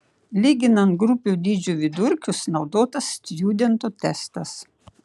lyginant grupių dydžių vidurkius naudotas stjudento testas